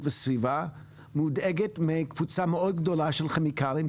וסביבה מודאגת מקבוצה מאוד גדולה של כימיקלים,